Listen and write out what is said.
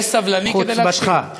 תהיה סבלני כדי, "חוצפתך".